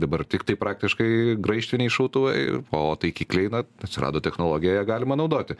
dabar tiktai praktiškai graižtviniai šautuvai o taikikliai na atsirado technologija ją galima naudoti